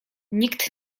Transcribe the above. nikt